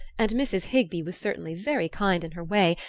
and mrs. higby was certainly very kind in her way,